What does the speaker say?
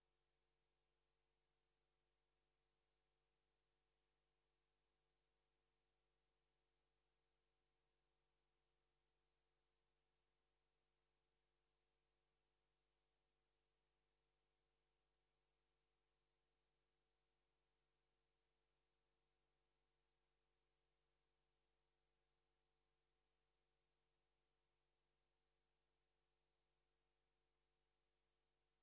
Vi har dock fått ett löfte från den tidigare ansvariga ministern att om de ekonomiska förutsättningarna finns ska man överväga möjligheten att förskottera medel. Man har uttalat sig positivt om möjligheten att förskottera medel från Vellinge kommun och från Region Skåne så att vägen kan byggas ut.